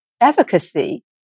efficacy